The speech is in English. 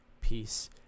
peace